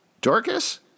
Dorcas